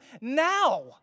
now